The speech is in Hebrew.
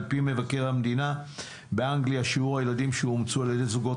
על פי מבקר המדינה באנגליה שיעור הילדים שאומצו לזוגות